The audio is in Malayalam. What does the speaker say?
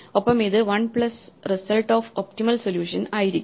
ഒപ്പം ഇത് one plus result of optimal solution ആയിരിക്കും